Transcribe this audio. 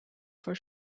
for